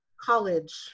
College